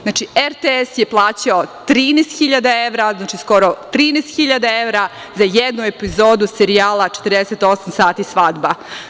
Znači, RTS je plaćao 13.000 evra, znači skoro 13.000 evra, za jednu epizodu serijala „Četrdeset osam sati svadba“